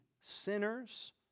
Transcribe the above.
sinners